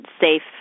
safe